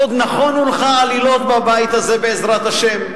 עוד נכונו לך עלילות בבית הזה, בעזרת השם,